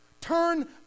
Turn